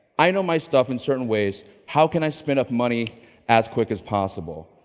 i know my stuff in certain ways, how can i spin up money as quick as possible.